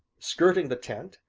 skirting the tent,